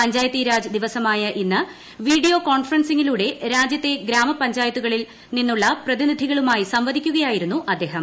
പഞ്ചായത്തീരാജ് ദിവസമായ ഇന്ന് വീഡിയോ കോൺഫറൻസിങ്ങിലൂടെ രാജ്യത്തെ ഗ്രാമപഞ്ചായത്തുകളിൽ നിന്നുള്ള പ്രതിനിധികളുമായി സംവദിക്കുകയായിരുന്നു അദ്ദേഹം